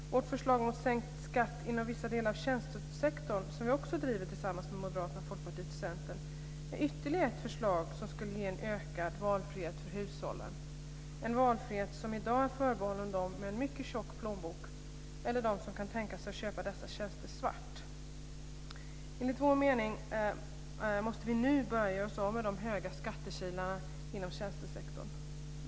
Vårt förslag om sänkt skatt inom vissa delar av tjänstesektorn som vi också driver tillsammans med Moderaterna, Folkpartiet och Centern är ytterligare ett förslag som skulle ge en ökad valfrihet för hushållen - en valfrihet som i dag är förbehållen dem med en mycket tjock plånbok eller dem som kan tänka sig att köpa dessa tjänster svart. Enligt vår mening måste vi nu börja göra oss av med de höga skattekilarna inom tjänstesektorn.